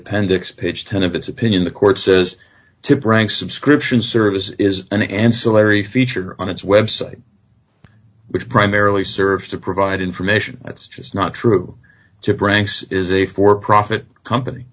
appendix page ten of it's opinion the court says to prank subscription service is an ancillary feature on its website which primarily serves to provide information that's just not true to pranks is a for profit company